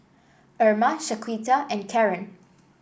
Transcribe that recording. Erma Shaquita and Karren